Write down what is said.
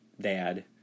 dad